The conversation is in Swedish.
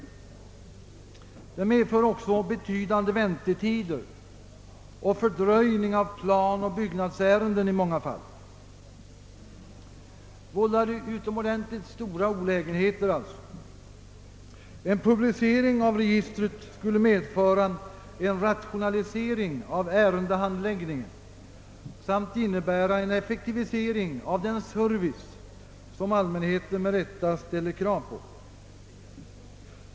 Förfarings sättet medför också betydande väntetider och en fördröjning av planoch byggnadsärenden i många fall. Det vållar utomordentligt stora olägenheter. En publicering av registret skulle medföra en rationalisering av ärendehandläggningen samt innebära en effektivisering av den service som allmänheten med rätta ställer krav på.